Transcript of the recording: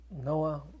Noah